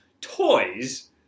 Toys